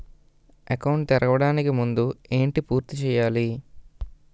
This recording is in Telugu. అకౌంట్ తెరవడానికి ముందు ఏంటి పూర్తి చేయాలి?